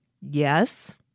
Yes